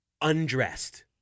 undressed